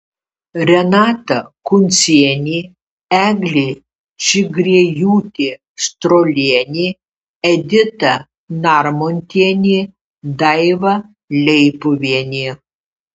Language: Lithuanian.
renata kuncienė eglė čigriejūtė strolienė edita narmontienė daiva leipuvienė